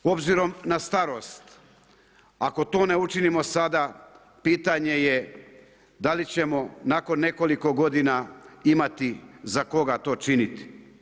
Obzirom na starost, ako to ne učinimo sada, pitanje je da li ćemo nakon nekoliko godina imati za koga to činiti.